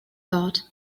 thought